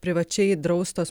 privačiai draustos